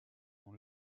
dans